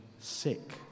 sick